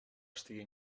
estiga